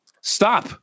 stop